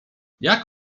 jak